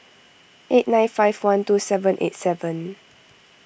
eight nine five one two seven eight seven